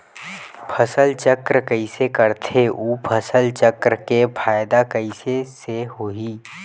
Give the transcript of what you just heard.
फसल चक्र कइसे करथे उ फसल चक्र के फ़ायदा कइसे से होही?